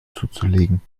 zuzulegen